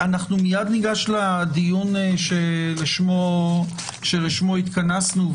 מיד ניגש לדיון שלשמו התכנסנו,